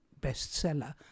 bestseller